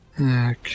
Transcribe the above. Okay